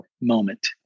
moment